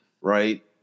right